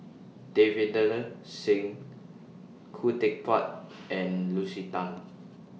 Davinder Singh Khoo Teck Puat and Lucy Tan